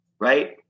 right